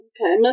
Okay